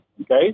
okay